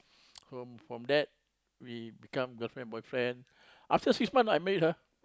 so from that we become girlfriend boyfriend after six months I married her